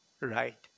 right